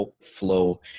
flow